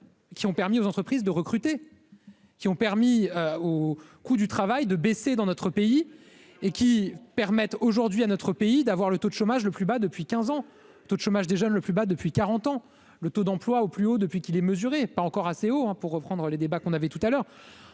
Qui ont permis aux entreprises de recruter qui ont permis au coût du travail de baisser dans notre pays et qui permettent aujourd'hui à notre pays d'avoir le taux de chômage le plus bas depuis 15 ans, taux de chômage des jeunes, le plus bas depuis 40 ans, le taux d'emploi au plus haut depuis qu'il est mesuré, pas encore assez haut, hein, pour reprendre les débats qu'on avait tout à l'heure